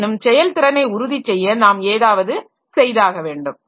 இருப்பினும் செயல்திறனை உறுதி செய்ய நாம் ஏதாவது செய்தாக வேண்டும்